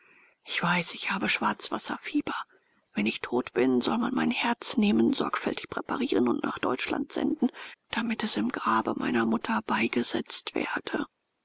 ich weiß ich habe schwarzwasserfieber wenn ich tot bin soll man mein herz nehmen sorgfältig präparieren und nach deutschland senden damit es im grabe meiner mutter beigesetzt werde